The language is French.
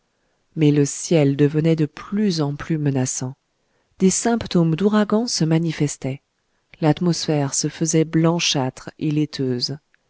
mais le ciel devenait de plus en plus menaçant des symptômes d'ouragan se manifestaient l'atmosphère se faisait blanchâtre et laiteuse